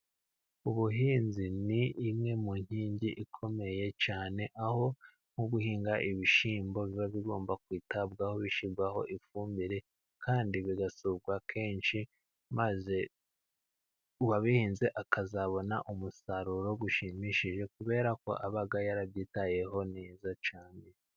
Ubuhinzi ni imwe mu nkingi ikomeye cyane, aho nko guhinga ibishyimbo biba bigomba kwitabwaho bishyirwaho ifumbire kandi bigasurwa kenshi, maze uwabihinze akazabona umusaruro ushimishije, kubera ko aba yarabyitayeho neza cyane.